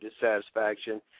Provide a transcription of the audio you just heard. dissatisfaction